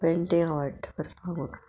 painting आवडटा करपाक म्हाका